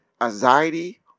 anxiety